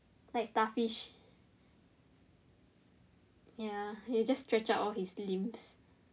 like starfish ya he will just stretch out all his limbs